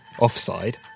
offside